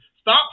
Stop